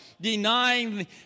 denying